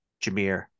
Jameer